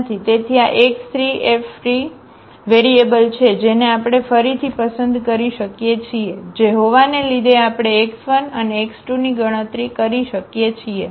તેથી આ x3 એ ફ્રી વેરિયેબલ છે જેને આપણે ફરીથી પસંદ કરી શકીએ છીએ જે હોવાને લીધે આપણે x1 અને x2 ની ગણતરી કરી શકીએ છીએ